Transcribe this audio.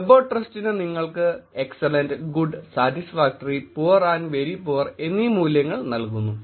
web of trust നിങ്ങൾക്ക് excellent good satisfactory poor and very poor എന്നീ മൂല്യങ്ങൾ നൽകുന്നു